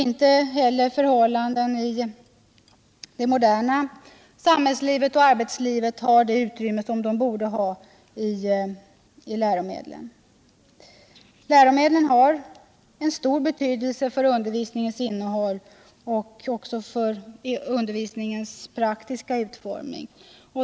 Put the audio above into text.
Inte heller förhållanden i det moderna samhällsoch arbetslivet har det utrymme det borde ha i läromedlen. Läromedlen har en stor betydelse för undervisningens innehåll och för dess praktiska utformning.